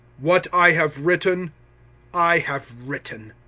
what i have written i have written,